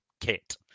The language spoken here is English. kit